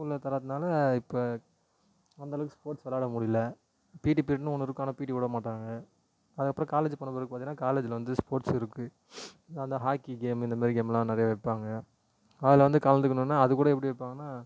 ஸ்கூலில் தராதனால் இப்போ அந்த அளவுக்கு ஸ்போர்ட்ஸ் விளாட முடிலை பீட்டி பீரியட்ன்னு ஒன்று இருக்கும் ஆனால் பீட்டி விடமாட்டங்க அதுக்கு அப்புறம் காலேஜ் போன பிறகு பார்த்திங்கன்னா காலேஜில் வந்து ஸ்போர்ட்ஸ் இருக்குது அந்த ஹாக்கி கேமு இந்த மாதிரி கேமெலாம் நிறைய வைப்பாங்க அதில் வந்து கலந்துக்கணும்னா அதுக்கூட எப்படி வைப்பாங்கன்னா